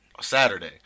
Saturday